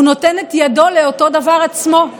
הוא נותן את ידו לאותו דבר עצמו.